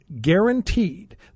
guaranteed